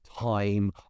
time